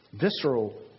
visceral